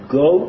go